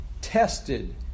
tested